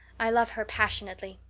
i love her passionately.